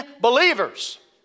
believers